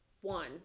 one